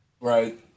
Right